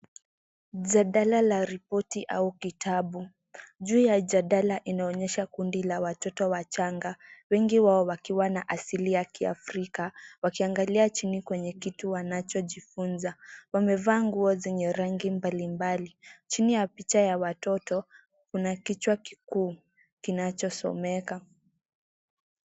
Jadala la ripoti au kitabu. Juu ya jadala inaonyesha kundi la watoto wachanga wengi wao wakiwa na asili ya kiafrika wakiangalia chini kwenye kitu wanachojifunza. Wamevaa nguo zenye rangi mbalimbali. Chini ya picha ya watoto kuna kichwa kikuu kinachosomeka.